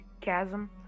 Chasm